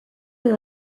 edo